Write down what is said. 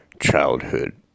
childhood